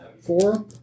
Four